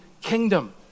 kingdom